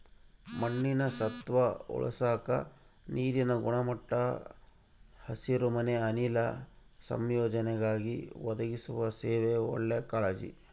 ಮಣ್ಣಿನ ಸತ್ವ ಉಳಸಾಕ ನೀರಿನ ಗುಣಮಟ್ಟ ಹಸಿರುಮನೆ ಅನಿಲ ಸಂಯೋಜನೆಗಾಗಿ ಒದಗಿಸುವ ಸೇವೆ ಒಳ್ಳೆ ಕಾಳಜಿ